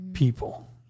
people